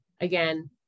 again